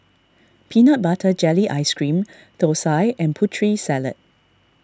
Peanut Butter Jelly Ice Cream Thosai and Putri Salad